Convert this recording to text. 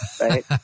right